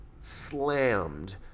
slammed